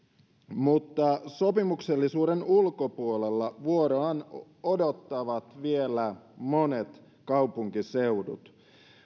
mutta sopimuksellisuuden ulkopuolella vuoroaan odottavat vielä monet kaupunkiseudut